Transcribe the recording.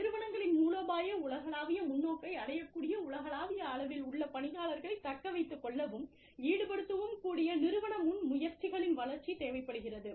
நிறுவனங்களின் மூலோபாய உலகளாவிய முன்னோக்கை அடையக்கூடிய உலகளாவிய அளவில் உள்ள பணியாளர்களை தக்க வைத்துக் கொள்ளவும் ஈடுபடுத்தவும் கூடிய நிறுவன முன்முயற்சிகளின் வளர்ச்சி தேவைப்படுகிறது